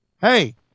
Hey